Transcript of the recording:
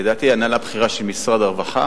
לדעתי בהנהלה הבכירה של משרד הרווחה